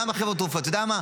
אתה יודע מה,